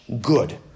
good